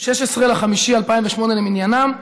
16 במאי 2008 למניינם,